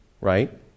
right